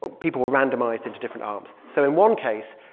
people were randomized into different arms. so in one case,